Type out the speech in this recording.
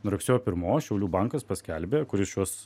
nuo rugsėjo pirmos šiaulių bankas paskelbė kuris šiuos